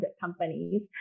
companies